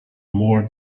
more